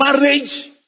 Marriage